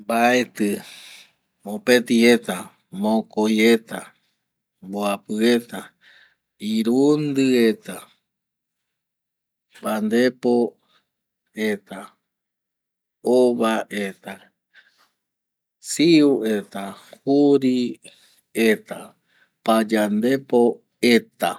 Mbaeti mopeti eta, mokoi eta, mbuapi eta, irundi eta, pandepo eta, ova eta siu eta, juri eta, sau eta, payandepo eta.